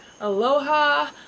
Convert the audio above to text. aloha